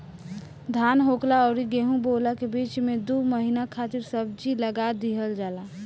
धान होखला अउरी गेंहू बोअला के बीच में दू महिना खातिर सब्जी लगा दिहल जाला